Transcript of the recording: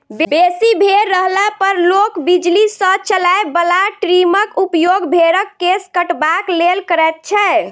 बेसी भेंड़ रहला पर लोक बिजली सॅ चलय बला ट्रीमरक उपयोग भेंड़क केश कटबाक लेल करैत छै